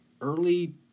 early